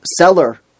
seller